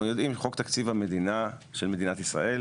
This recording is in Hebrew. יודעים שחוק תקציב המדינה של מדינת ישראל,